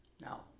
Now